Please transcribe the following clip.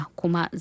kuma